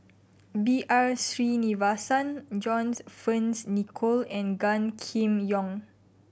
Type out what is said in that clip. B R Sreenivasan John Fearns Nicoll and Gan Kim Yong